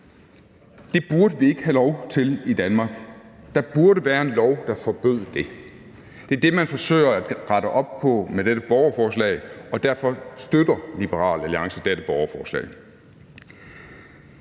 Det burde vi ikke have lov til i Danmark. Der burde være en lov, der forbød det. Det er det, man forsøger at rette op på med dette borgerforslag, og derfor støtter Liberal Alliance dette borgerforslag.